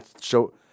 show